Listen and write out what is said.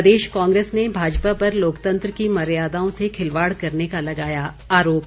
प्रदेश कांग्रेस ने भाजपा पर लोकतंत्र की मर्यादाओं से खिलवाड़ करने का लगाया आरोप